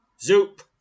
Zoop